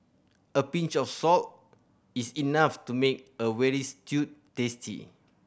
a pinch of salt is enough to make a veal stew tasty